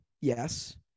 Yes